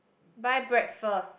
buy breakfast